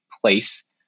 place